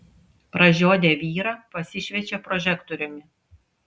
pražiodę vyrą pasišviečia prožektoriumi